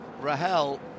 Rahel